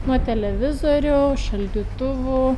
nuo televizorių šaldytuvų